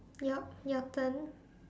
yup your turn